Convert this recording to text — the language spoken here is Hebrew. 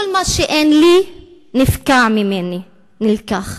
כל מה שאין לי נפקע ממני, נלקח.